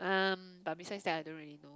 um but besides that I don't really